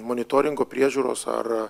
monitoringo priežiūros ar